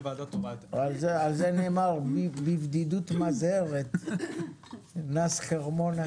על זה נאמר בבדידות מזהרת נם חרמון.